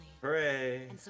Hooray